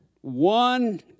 one